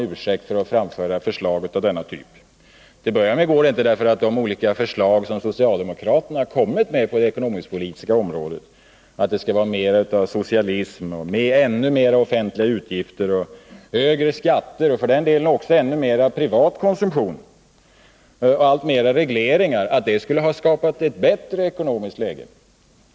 Det går inte heller, som socialdemokraterna gör, att hävda att deras förslag på det ekonomisk-politiska området med större inslag av socialism, ännu mer offentliga utgifter, högre skatter och för den delen också högre privat konsumtion samt fler regleringar skulle ha skapat ett bättre ekonomiskt läge.